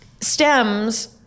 stems